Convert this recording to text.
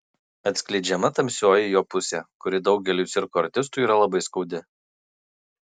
atskleidžiama tamsioji jo pusė kuri daugeliui cirko artistų yra labai skaudi